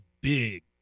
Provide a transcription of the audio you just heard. big